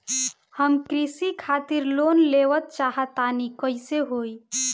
हम कृषि खातिर लोन लेवल चाहऽ तनि कइसे होई?